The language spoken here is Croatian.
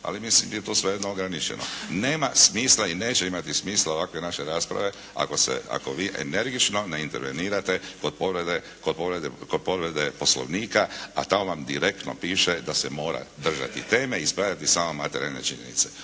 ali mislim da je svejedno to ograničeno. Nema smisla i neće imati smisla ovakve naše rasprave ako se, ako vi energično ne intervenirate kod povrede Poslovnika a tamo vam direktno piše da se mora držati teme i ispravljati samo materijalne činjenice.